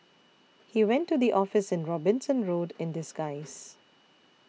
he went to the office in Robinson Road in disguise